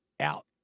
out